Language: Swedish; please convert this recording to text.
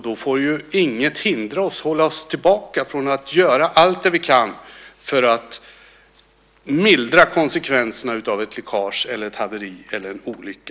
Då får inget hålla oss tillbaka eller hindra oss från att göra allt vad vi kan för att mildra konsekvenserna av ett läckage, ett haveri eller en olycka.